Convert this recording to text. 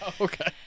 okay